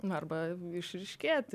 na arba išryškėti